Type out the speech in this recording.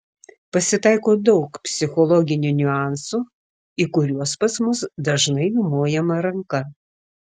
pasitaiko daug psichologinių niuansų į kuriuos pas mus dažnai numojama ranka